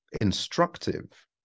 instructive